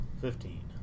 fifteen